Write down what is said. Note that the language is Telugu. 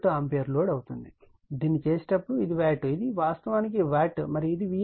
దీన్ని చేసేటప్పుడు ఇది వాట్ ఇది వాస్తవానికివాట్ మరియు ఇది var